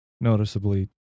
noticeably